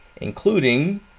including